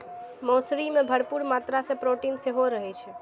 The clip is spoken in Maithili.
मौसरी मे भरपूर मात्रा मे प्रोटीन सेहो रहै छै